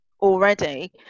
already